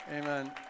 Amen